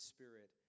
Spirit